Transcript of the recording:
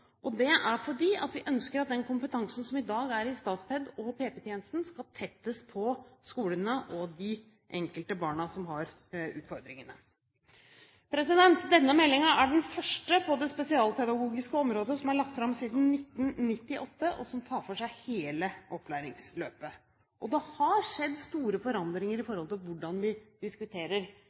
gjennomføring. Det er fordi vi ønsker at den kompetansen som i dag er i Statped og PP-tjenesten, skal tettest på skolene og de enkelte barna som har utfordringene. Denne meldingen er den første på det spesialpedagogiske området som er lagt fram siden 1998, og som tar for seg hele opplæringsløpet. Det har skjedd store forandringer med hensyn til hvordan vi diskuterer